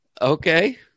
okay